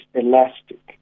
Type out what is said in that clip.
elastic